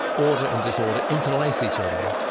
order and disorder, interlace each other.